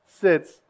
sits